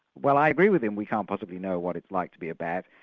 well i agree with him, we can't possibly know what it's like to be a bat,